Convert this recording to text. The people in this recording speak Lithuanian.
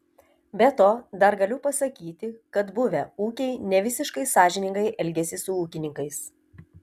be to dar galiu pasakyti kad buvę ūkiai nevisiškai sąžiningai elgiasi su ūkininkais